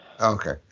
Okay